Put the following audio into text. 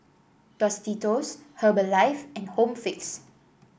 Tostitos Herbalife and Home Fix